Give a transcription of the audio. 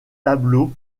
tableaux